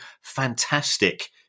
fantastic